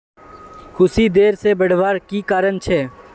कुशी देर से बढ़वार की कारण छे?